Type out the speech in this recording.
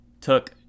took